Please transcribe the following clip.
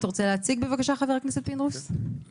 חבר הכנסת פינדרוס, אתה רוצה להציג?